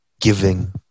Giving